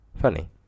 funny